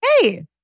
hey